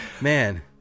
Man